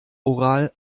oral